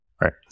right